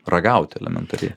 ragauti elementariai